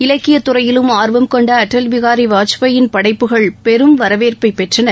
இலக்கியத்துறையிலும் ஆர்வம் கொண்ட அடல் பிகாரி வாஜ்பாயின் படைப்புகள் பெரும் வரவேற்பை பெற்றன